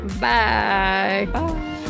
Bye